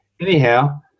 Anyhow